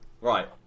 Right